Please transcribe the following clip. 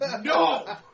No